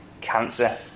cancer